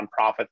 nonprofit